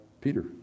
Peter